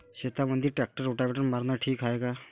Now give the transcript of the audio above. शेतामंदी tractor rotavator मारनं ठीक हाये का?